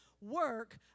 work